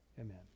amen